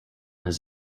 his